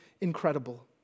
incredible